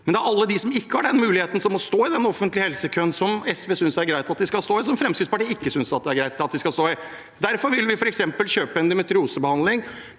det. Det er alle dem som ikke har den muligheten, som må stå i den offentlige helsekøen – som SV synes det er greit at de skal stå i, men som Fremskrittspartiet ikke synes at det er greit at de skal stå i. Derfor vil vi f.eks. kjøpe endometriosebehandling